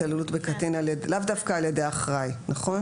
התעללות בקטין לאו דווקא על ידי אחראי, נכון?